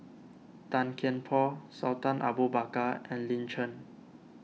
Tan Kian Por Sultan Abu Bakar and Lin Chen